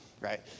right